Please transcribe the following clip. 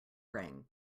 rang